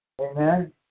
Amen